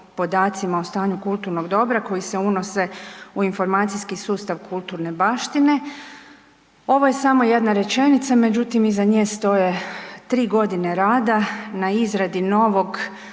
podacima o stanju kulturnog dobra koji se unose u informacijski sustav kulturne baštine. Ovo je samo jedna rečenica. Međutim, iza nje stoje 3.g. rada na izradi novog